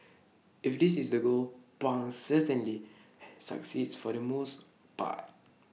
if this is the goal pang certainly succeeds for the most part